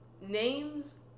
names